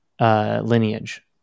Lineage